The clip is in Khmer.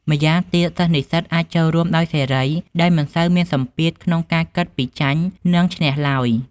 ម្យ៉ាងទៀត និស្សិតអាចចូលរួមដោយសេរី ដោយមិនសូវមានសម្ពាធក្នុងការគិតពីចាញ់ និងឈ្នះឡើយ។